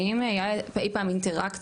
האם היה אי פעם אינטראקציה?